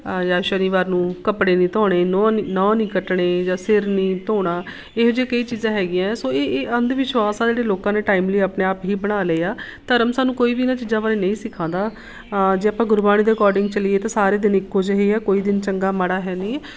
ਜਾਂ ਸ਼ਨੀਵਾਰ ਨੂੰ ਕੱਪੜੇ ਨਹੀਂ ਧੋਣੇ ਨਹੁੰ ਨਹੀਂ ਨਹੁੰ ਨਹੀਂ ਕੱਟਣੇ ਜਾਂ ਸਿਰ ਨਹੀਂ ਧੋਣਾ ਇਹੋ ਜਿਹੇ ਕਈ ਚੀਜ਼ਾਂ ਹੈਗੀਆਂ ਸੋ ਇਹ ਇਹ ਅੰਧ ਵਿਸ਼ਵਾਸ ਆ ਜਿਹੜੇ ਲੋਕਾਂ ਨੇ ਟਾਈਮਲੀ ਆਪਣੇ ਆਪ ਹੀ ਬਣਾ ਲਏ ਆ ਧਰਮ ਸਾਨੂੰ ਕੋਈ ਵੀ ਇਹਨਾਂ ਚੀਜ਼ਾਂ ਬਾਰੇ ਨਹੀਂ ਸਿਖਾਉਂਦਾ ਜੇ ਆਪਾਂ ਗੁਰਬਾਣੀ ਦੇ ਅਕੋਡਿੰਗ ਚਲੀਏ ਤਾਂ ਸਾਰੇ ਦਿਨ ਇੱਕੋ ਜਿਹੇ ਆ ਕੋਈ ਦਿਨ ਚੰਗਾ ਮਾੜਾ ਹੈ ਨਹੀਂ